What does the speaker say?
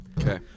Okay